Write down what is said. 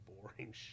boring